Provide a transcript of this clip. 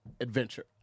adventure